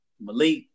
Malik